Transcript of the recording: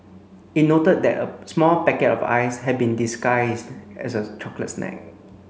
it noted that a small packet of ice had been disguised as a chocolate snack